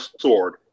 sword